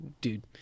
dude